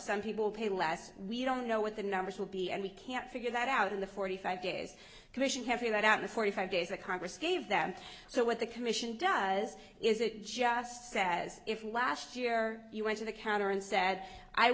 some people pay less we don't know what the numbers will be and we can't figure that out in the forty five days commission having that out of the forty five days that congress gave them so what the commission does is it just says if last year you went to the counter and said i